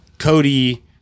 Cody